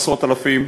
עשרות אלפים.